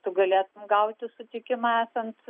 tu galėtum gauti sutikimą esant